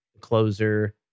closer